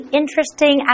interesting